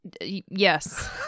Yes